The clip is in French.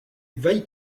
vaille